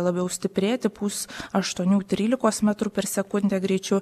labiau stiprėti pūs aštuonių trylikos metrų per sekundę greičiu